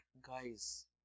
guys